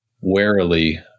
warily